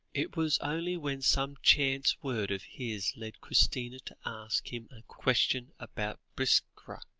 it was only when some chance word of his led christina to ask him a question about biskra,